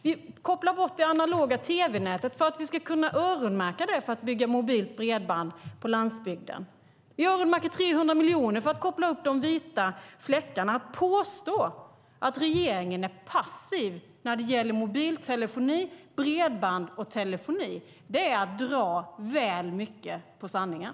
Vi kopplar bort det analoga tv-nätet för att vi ska kunna öronmärka det för att bygga mobilt bredband på landsbygden. Vi öronmärker 300 miljoner för att koppla upp de vita fläckarna. Att påstå att regeringen är passiv när det gäller mobiltelefoni, bredband och telefoni är att dra väl mycket på sanningen.